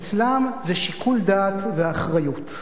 אצלם זה שיקול דעת ואחריות.